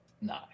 No